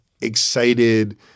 excited